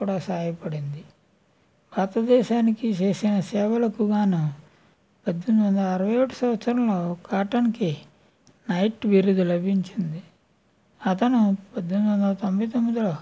కూడా సహాయపడింది భారతదేశానికి చేసిన సేవలకు గాను పద్దెనిమిది వందల అరవై ఒకటి సంవత్సరములో కాటన్కి నైట్ బిరుదు లభించింది అతను పద్దెనిమిది వందల తొంబై తొమ్మిదిలో